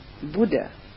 Buddha